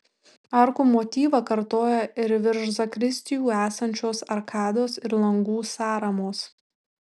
arkų motyvą kartoja ir virš zakristijų esančios arkados ir langų sąramos